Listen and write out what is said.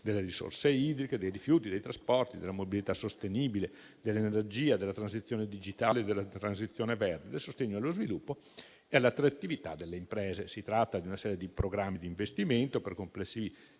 delle risorse idriche, dei rifiuti, dei trasporti, della mobilità sostenibile, dell'energia, della transizione digitale, della transizione verde, del sostegno allo sviluppo e all'attrattività delle imprese. Si tratta di una serie di programmi di investimento per complessivi